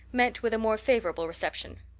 met with a more favorable reception.